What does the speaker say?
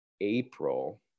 April